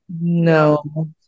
No